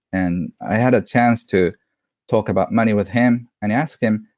and i had a chance to talk about money with him and asked him,